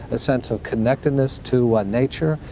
a sense of connectedness to nature,